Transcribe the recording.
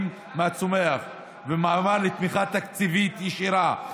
מהצומח ומעבר לתמיכה תקציבית ישירה.